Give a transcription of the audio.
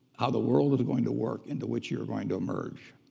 how the world is going to work into which you're going to emerge.